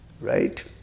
Right